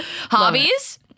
Hobbies